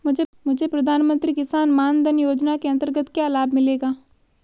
मुझे प्रधानमंत्री किसान मान धन योजना के अंतर्गत क्या लाभ मिलेगा?